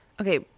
Okay